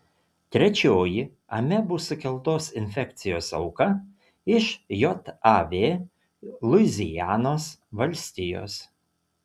trečioji amebų sukeltos infekcijos auka iš jav luizianos valstijos